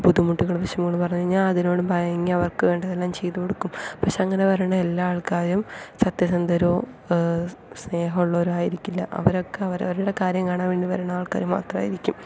ബുദ്ധിമുട്ടുകളും വിഷമങ്ങളും പറഞ്ഞു കഴിഞ്ഞാൽ ഞാൻ അതിനോട് ഭയങ്കര ഞാൻ അവർക്ക് വേണ്ടി എല്ലാം ചെയ്ത് കൊടുക്കും പക്ഷെ അങ്ങനെ വരുന്ന എല്ലാ ആൾക്കാരും സത്യസന്ധരോ സ്നേഹമുള്ളവരോ ആയിരിക്കില്ല അവരൊക്കെ അവരവരുടെ കാര്യം കാണാൻ വേണ്ടി വരുന്ന ആൾക്കാർ മാത്രമായിരിക്കും